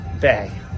Bay